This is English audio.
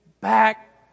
back